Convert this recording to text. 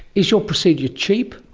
is your procedure cheap?